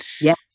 Yes